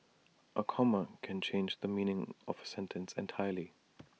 A comma can change the meaning of A sentence entirely